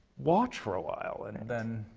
watch for a while and then